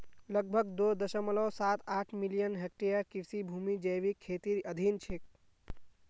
लगभग दो दश्मलव साथ आठ मिलियन हेक्टेयर कृषि भूमि जैविक खेतीर अधीन छेक